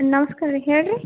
ನಮಸ್ಕಾರ ಹೇಳಿ ರೀ